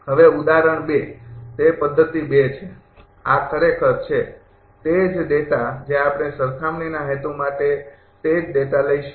હવે ઉદાહરણ ૨ તે પદ્ધતિ ૨ છે આ ખરેખર છે તે જ ડેટા જે આપણે સરખામણીના હેતુ માટે તે જ ડેટા લઈશું